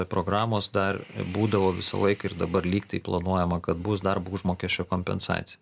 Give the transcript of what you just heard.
programos dar būdavo visą laiką ir dabar lygtai planuojama kad bus darbo užmokesčio kompensacija